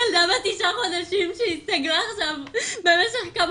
ילדה בת תשעה חודשים שהסתגלה עכשיו במשך כמה